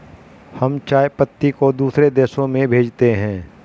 हम चाय पत्ती को दूसरे देशों में भेजते हैं